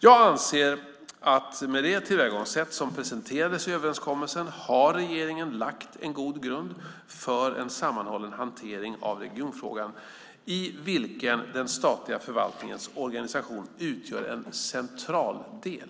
Jag anser att med det tillvägagångssätt som presenterades i överenskommelsen har regeringen lagt en god grund för en sammanhållen hantering av regionfrågan i vilken den statliga förvaltningens organisation utgör en central del.